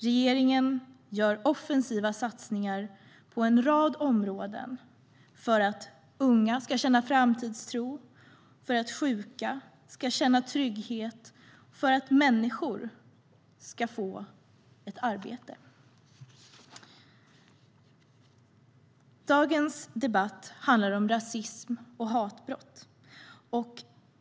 Regeringen gör offensiva satsningar på en rad områden för att unga ska känna framtidstro, för att sjuka ska känna trygghet och för att människor ska få ett arbete. Dagens debatt handlar om rasism och hatbrott.